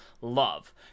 love